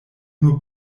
nur